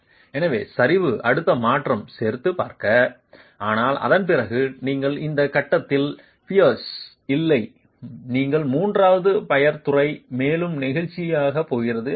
எனவே சரிவு அடுத்த மாற்றம் சேர்த்து பார்க்க ஆனால் அதன் பிறகு நீங்கள் இந்த கட்டத்தில் பியர்ஸ் இல்லை நீங்கள் மூன்றாவது பையர் துறை மேலும் நெகிழ்ச்சி போகிறது அடைய